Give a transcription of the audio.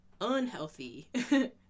unhealthy